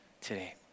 today